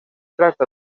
tracta